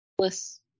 Yes